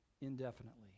indefinitely